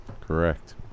Correct